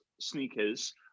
sneakers